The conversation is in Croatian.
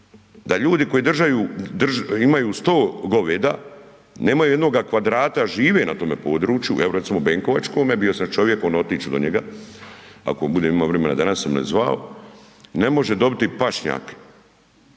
da ljudi koji imaju 100 goveda, nemaju jednoga kvadrata a žive na tom području, evo recimo benkovačkome, bio sam s čovjekom, otić ću do njega ako budem imao vremena danas jer me zvao, ne može dobiti pašnjak